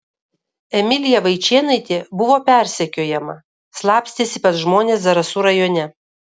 emilija vaičėnaitė buvo persekiojama slapstėsi pas žmones zarasų rajone